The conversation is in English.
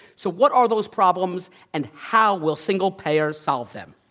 so, what are those problems, and how will single payer solve them?